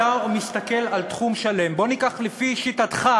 אתה מסתכל על תחום שלם, בוא ניקח, לפי שיטתך,